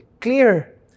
clear